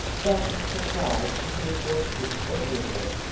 dot was surprised to hear voices everywhere.